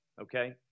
Okay